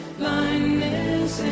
blindness